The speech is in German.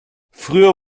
früher